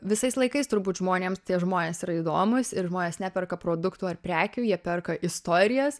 visais laikais turbūt žmonėms tie žmonės yra įdomūs ir žmonės neperka produktų ar prekių jie perka istorijas